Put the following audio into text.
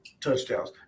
touchdowns